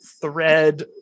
thread